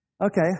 Okay